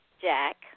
Jack